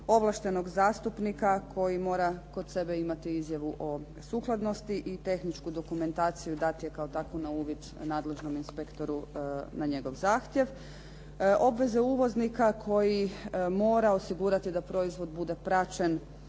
ovlaštenog zastupnika koji mora kod sebe imati izjavu o sukladnosti i tehničku dokumentaciju i dati je kao takvu na uvid nadležnom inspektoru na njegov zahtjev, obveze uvoznika koji mora osigurati da proizvod bude praćen